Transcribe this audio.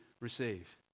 receive